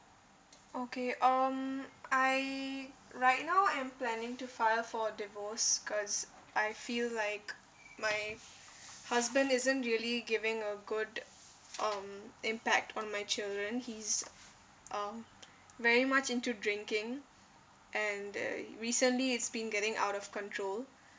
okay um I right now I am planning to file for a divorce cause I feel like my husband isn't really giving a good um impact on my children he's uh very much into drinking and uh recently it's been getting out of control